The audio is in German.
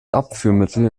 abführmittel